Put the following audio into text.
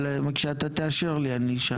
אבל כשאתה תאשר לי אני אשאל.